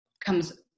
comes